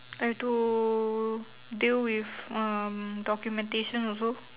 I have to deal with uh documentation also